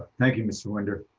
thank you, mr. winter.